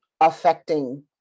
affecting